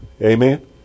amen